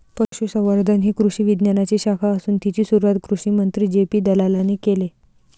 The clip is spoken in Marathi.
पशुसंवर्धन ही कृषी विज्ञानाची शाखा असून तिची सुरुवात कृषिमंत्री जे.पी दलालाने केले